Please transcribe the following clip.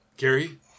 Gary